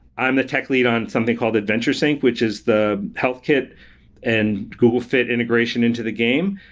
i'm the tech lead on something called adventure sync, which is the health kit and google fit integration into the game.